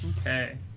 okay